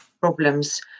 problems